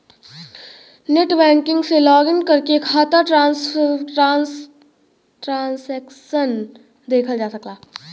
net banking से login करके खाता में ट्रांसैक्शन देखल जा सकला